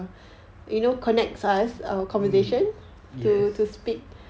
mm yes